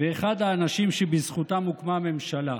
ואחד האנשים שבזכותם הוקמה הממשלה.